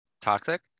Toxic